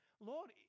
Lord